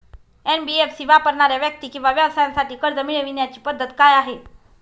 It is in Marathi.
एन.बी.एफ.सी वापरणाऱ्या व्यक्ती किंवा व्यवसायांसाठी कर्ज मिळविण्याची पद्धत काय आहे?